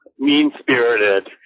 mean-spirited